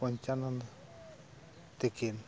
ᱯᱚᱧᱪᱟᱱᱚᱱᱫ ᱛᱤᱠᱤᱱ